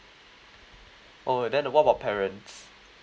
oh then what about parents